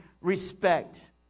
respect